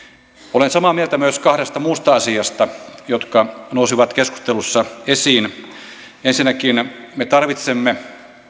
olen samaa mieltä myös kahdesta muusta asiasta jotka nousivat keskustelussa esiin ensinnäkin me tarvitsemme